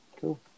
Cool